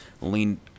lean